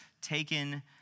taken